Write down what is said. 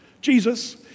Jesus